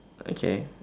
okay